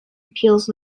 appeals